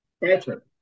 better